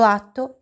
atto